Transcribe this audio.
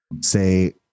say